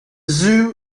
zoo